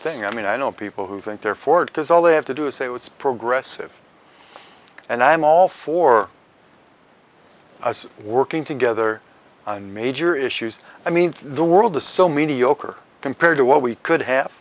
thing i mean i know people who think they're for it because all they have to do is say what's progressive and i'm all for us working together on major issues i mean the world to so many yoker compared to what we could have